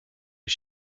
les